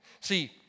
See